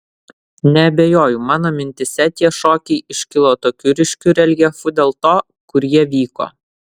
neabejoju mano mintyse tie šokiai iškilo tokiu ryškiu reljefu dėl to kur jie vyko